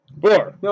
four